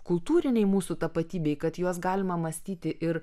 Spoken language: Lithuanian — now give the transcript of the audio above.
kultūrinei mūsų tapatybei kad juos galima mąstyti ir